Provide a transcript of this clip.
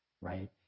right